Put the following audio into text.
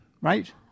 right